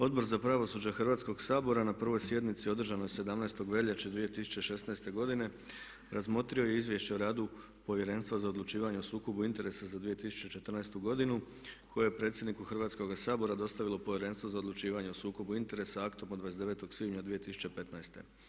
Odbor za pravosuđe Hrvatskoga sabora na 1. sjednici održanoj 17. veljače 2016. godine razmotrio je Izvješće o radu Povjerenstva za odlučivanje o sukobu interesa za 2014. godinu koje je predsjedniku Hrvatskoga sabora dostavilo Povjerenstvo za odlučivanje o sukobu interesa aktom od 29. svibnja 2015.